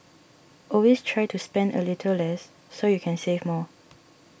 always try to spend a little less so you can save more